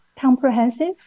comprehensive